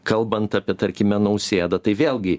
kalbant apie tarkime nausėdą tai vėlgi